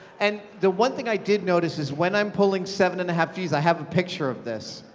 and the one thing i did notice is when i'm pulling seven and a half gs, i have a picture of this,